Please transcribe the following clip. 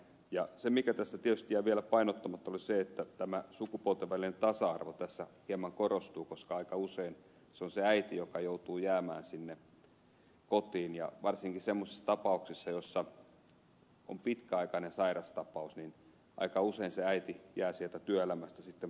ja se mikä tässä tietysti jäi vielä painottamatta oli että tämä sukupuolten välinen tasa arvo tässä hieman korostuu koska aika usein se on se äiti joka joutuu jäämään sinne kotiin ja varsinkin semmoisessa tapauksessa jossa on pitkäaikainen sairastapaus aika usein se äiti jää sieltä työelämästä sitten pois ja se vaikeuttaa